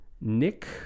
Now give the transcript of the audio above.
Nick